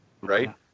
right